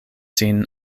sin